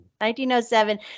1907